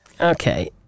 Okay